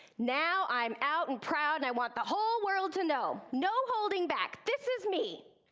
now i'm out and proud, and i want the whole world to know, no um holding back, this is me!